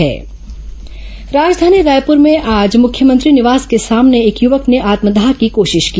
य वक आत्मदाह प्रयास राजधानी रायपुर में आज मुख्यमंत्री निवास के सामने एक युवक ने आत्मदाह की कोशिश की